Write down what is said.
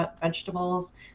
vegetables